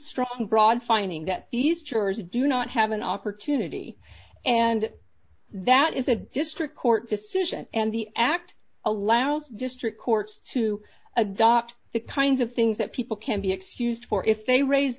strong broad finding that these jurors do not have an opportunity and that is a district court decision and the act allows district courts to adopt the kinds of things that people can be excused for if they raise